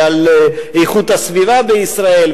על איכות הסביבה בישראל,